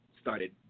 started